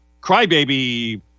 crybaby